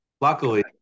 Luckily